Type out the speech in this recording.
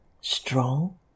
strong